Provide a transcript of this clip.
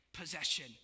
possession